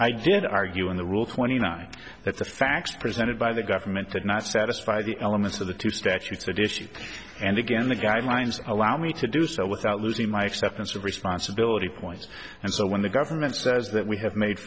i did argue in the rule twenty nine that the facts presented by the government did not satisfy the elements of the two statutes addition and again the guidelines allow me to do so without losing myself and responsibility points and so when the government says that we have made